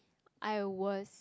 I was